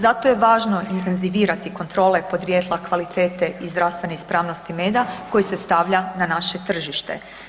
Zato je važno intenzivirati kontrole podrijetla kvalitete i zdravstvene ispravnosti meda koji se stavlja na naše tržište.